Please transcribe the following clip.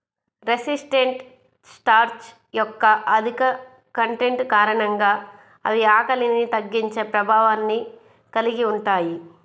resistant starch యొక్క అధిక content కారణంగా అవి ఆకలిని తగ్గించే ప్రభావాన్ని కలిగి ఉంటాయి